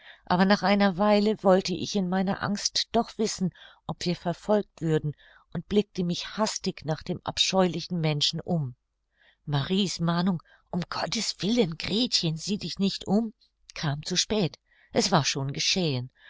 aber nach einer weile wollte ich in meiner angst doch wissen ob wir verfolgt würden und blickte mich hastig nach dem abscheulichen menschen um marie's mahnung um gottes willen gretchen sieh dich nicht um kam zu spät es war schon geschehen